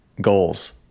goals